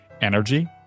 energy